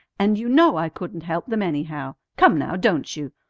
and you know i couldn't help them, anyhow. come, now, don't you?